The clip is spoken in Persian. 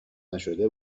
نشده